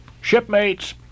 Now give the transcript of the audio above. Shipmates